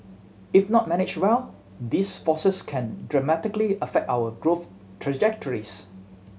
if not managed well these forces can dramatically affect our growth trajectories